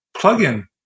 plug-in